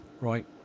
Right